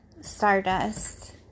Stardust